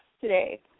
today